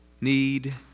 need